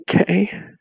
okay